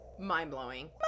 mind-blowing